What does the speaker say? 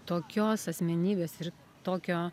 tokios asmenybės ir tokio